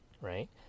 right